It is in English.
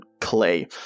clay